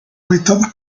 hábitat